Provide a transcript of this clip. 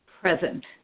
present